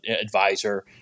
advisor